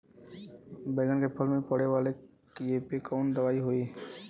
बैगन के फल में पड़े वाला कियेपे कवन दवाई होई?